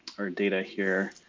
data here,